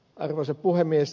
arvoisa puhemies